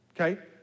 okay